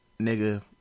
nigga